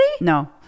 No